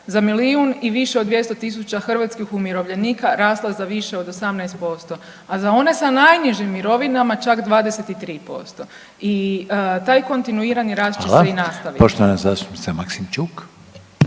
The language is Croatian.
za milijun i više od 200 tisuća hrvatskih umirovljenika rasle za više od 18%, a za one sa najnižim mirovinama čak 23% i taj kontinuirani rad će se i nastaviti. **Reiner, Željko (HDZ)** Hvala. Poštovana zastupnica Maksimčuk.